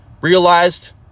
realized